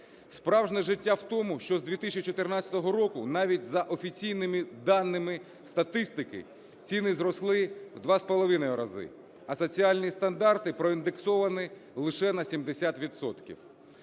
Справжнє життя в тому, що з 2014 року навіть за офіційними даними статистики ціни зросли в 2,5 рази, а соціальні стандарти проіндексовані лише на 70